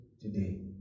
today